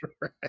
right